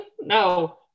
no